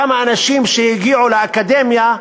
כמה אנשים שהגיעו לאקדמיה,